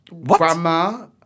grandma